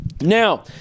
now